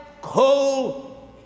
coal